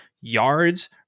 yards